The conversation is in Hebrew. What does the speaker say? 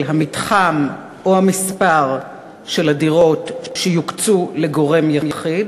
המתחם או את מספר הדירות שיוקצו לגורם יחיד?